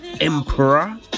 emperor